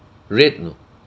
red know